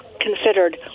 considered